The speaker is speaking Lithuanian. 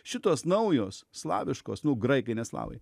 šitos naujos slaviškos nu graikai ne slavai